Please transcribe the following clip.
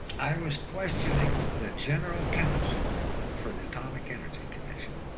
i was questioning the general counsel for the atomic energy commission,